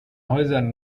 häusern